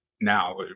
now